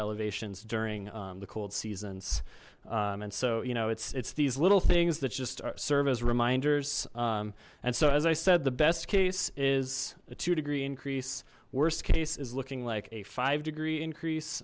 elevations during the cold seasons and so you know it's it's these little things that just serve as reminders and so as i said the best case is a two degree increase worst case is looking like a five degree increase